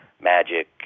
Magic